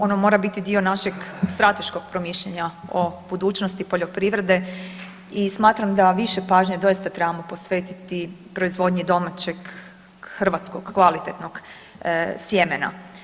Ono mora biti dio našeg strateškog promišljanja o budućnosti poljoprivrede i smatram da više pažnje doista trebamo posvetiti proizvodnji domaćeg hrvatskog kvalitetnog sjemena.